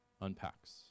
unpacks